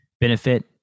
benefit